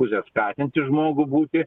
pusės skatinti žmogų būti